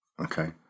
Okay